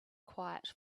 quiet